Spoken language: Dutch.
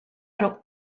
rookt